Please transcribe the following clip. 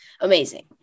amazing